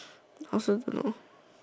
I also don't know